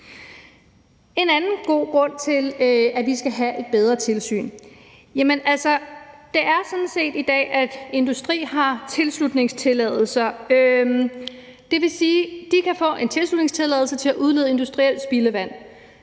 en anden god grund til, at vi skal have et bedre tilsyn. Det er sådan set sådan i dag, at industrien har tilslutningstilladelser. Det vil sige, at de kan få en tilslutningstilladelse til at udlede industrielt spildevand.